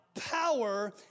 power